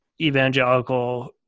evangelical